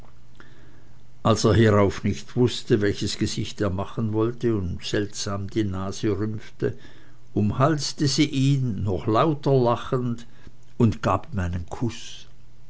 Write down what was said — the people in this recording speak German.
als er hierauf nicht wußte welches gesicht er machen sollte und seltsam die nase rümpfte umhalste sie ihn noch lauter lachend und gab ihm einen kuß